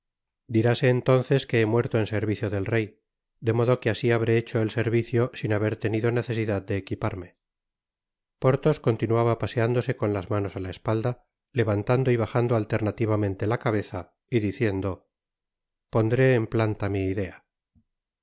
se entonces que he muerto en servicio del rey de modo que así habré hecho el servicio sin haber tenido necesidad de equipar me porthos continuaba paseándose con las manos á la espalda levantando y bajando alternativamente la cabeza y diciendo pondré en planta mi idea